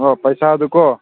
ꯑꯣ ꯄꯩꯁꯥꯗꯣꯀꯣ